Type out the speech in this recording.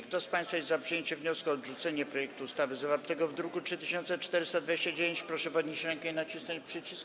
Kto z państwa jest za przyjęciem wniosku o odrzucenie projektu ustawy zawartego w druku nr 3429, proszę podnieść rękę i nacisnąć przycisk.